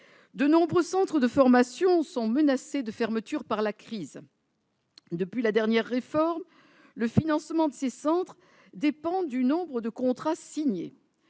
De nombreux centres de formation sont menacés de fermeture par la crise. En effet, depuis la dernière réforme, le financement de ces centres dépend du nombre de contrats signés.